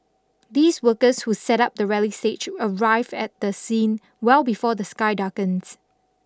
these workers who set up the rally stage arrive at the scene well before the sky darkens